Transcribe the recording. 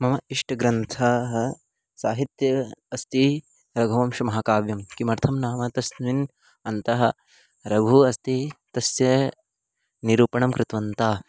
मम इष्टग्रन्थः साहित्यम् अस्ति रघुवंशं महाकाव्यं किमर्थं नाम तस्मिन् अन्तः रघुः अस्ति तस्य निरूपणं कृत्वान्तः